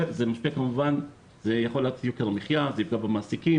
זה משפיע על יוקר מחיה, פוגע במעסיקים.